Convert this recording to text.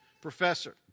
professor